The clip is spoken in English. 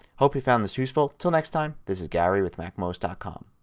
hope you found this useful. until next time this is gary with macmost ah com.